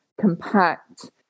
compact